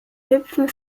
hüpfen